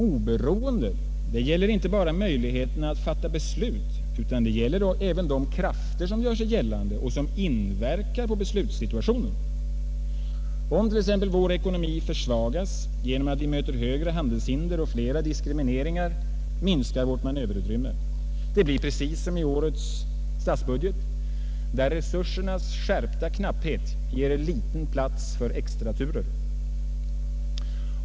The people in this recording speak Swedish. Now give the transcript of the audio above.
Oberoendet gäller inte bara möjligheterna att fatta beslut utan även de krafter som uppträder och som inverkar på beslutssituationen. Om t.ex. vår ekonomi försvagas genom att vi möter högre handelshinder och flera diskrimineringar minskar vårt manöverutrymme. Det blir precis som i årets statsbudget, där resursernas skärpta knapphet ger liten plats för extraturer.